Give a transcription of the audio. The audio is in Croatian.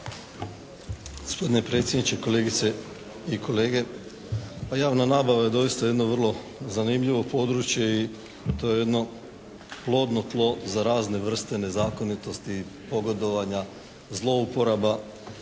Gospodine predsjedniče, kolegice i kolege. Pa javna nabava je doista jedno vrlo zanimljivo područje i to je jedno plodno tlo za razne vrste nezakonitosti, pogodovanja, zlouporaba,